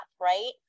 right